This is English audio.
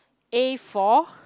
A for